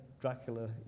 Dracula